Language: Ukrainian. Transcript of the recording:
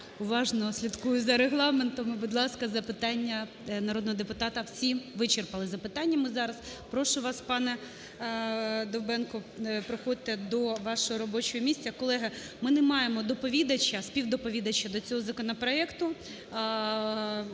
уважно слідкую за регламентом. Будь ласка, запитання народного депутата. Всі вичерпали запитання ми зараз. Прошу вас, панеДовбенко, проходьте до вашого робочого місця. Колеги, ми не маємо доповідача, співдоповідача до цього законопроекту.